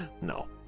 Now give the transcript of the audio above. No